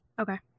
Okay